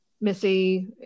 Missy